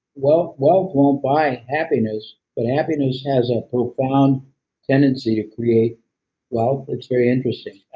wealth wealth won't buy happiness, but happiness has a profound tendency to create wealth. it's very interesting.